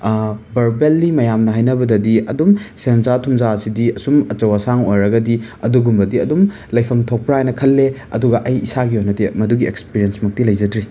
verbally ꯃꯌꯥꯝꯅ ꯍꯥꯏꯅꯕꯗꯗꯤ ꯑꯗꯨꯝ ꯁꯦꯟꯖꯥ ꯊꯨꯝꯖꯥꯁꯤꯗꯤ ꯑꯁꯨꯝ ꯑꯆꯧ ꯑꯁꯥꯡ ꯑꯣꯏꯔꯒꯗꯤ ꯑꯗꯨꯒꯨꯝꯕꯗꯤ ꯑꯗꯨꯝ ꯂꯩꯐꯝ ꯊꯣꯛꯄ꯭ꯔꯥꯅ ꯈꯜꯂꯦ ꯑꯗꯨꯒ ꯑꯩ ꯏꯁꯥꯒꯤ ꯑꯣꯏꯅꯗꯤ ꯃꯗꯨꯒꯤ ꯑꯦꯛꯁꯄ꯭ꯔꯦꯟꯁ ꯃꯛꯇꯤ ꯂꯩꯖꯗ꯭ꯔꯤ